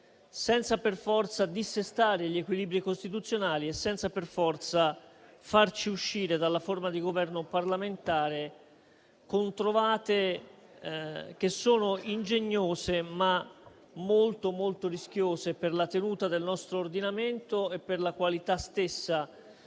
senza per forza dissestare e gli equilibri costituzionali e farci uscire dalla forma di governo parlamentare con trovate ingegnose, ma molto, molto rischiose per la tenuta del nostro ordinamento e per la qualità stessa